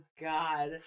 God